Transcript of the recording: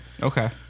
okay